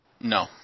No